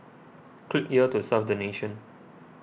click here to serve the nation